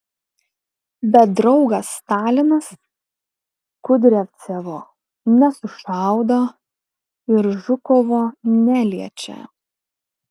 bet draugas stalinas kudriavcevo nesušaudo ir žukovo neliečia